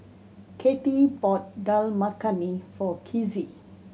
Kathey bought Dal Makhani for Kizzy